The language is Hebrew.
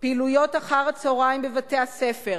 פעילויות אחר-הצהריים בבתי-הספר,